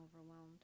overwhelmed